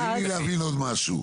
תני לי להבין עוד משהו.